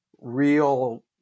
real